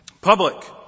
Public